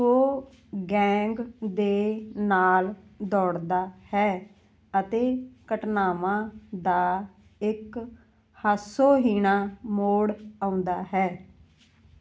ਉਹ ਗੈਂਗ ਦੇ ਨਾਲ ਦੌੜਦਾ ਹੈ ਅਤੇ ਘਟਨਾਵਾਂ ਦਾ ਇੱਕ ਹਾਸੋਹੀਣਾ ਮੋੜ ਆਉਂਦਾ ਹੈ